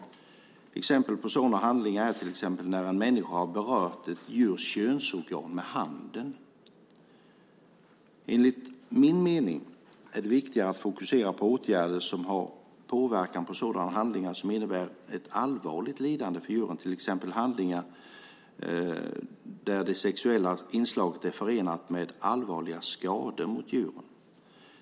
Exempel på sådana handlar är när en människa har berört ett djurs könsorgan med handen. Enligt min mening är det viktigare att fokusera på åtgärder som har påverkan på sådana handlingar som innebär ett allvarligt lidande för djuren, till exempel handlingar där det sexuella inslaget är förenat med allvarliga skador hos djuren.